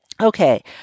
Okay